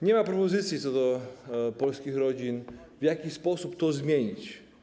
Nie ma propozycji co do polskich rodzin, w jaki sposób to zmienić.